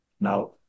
now